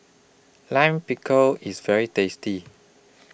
Lime Pickle IS very tasty